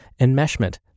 enmeshment